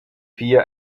vier